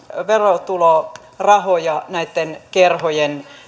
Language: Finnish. verotulorahoja näitten kerhojen